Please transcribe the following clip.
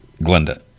Glenda